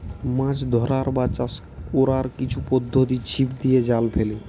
মাছ ধরার বা চাষ কোরার কিছু পদ্ধোতি ছিপ দিয়ে, জাল ফেলে